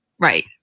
Right